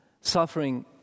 suffering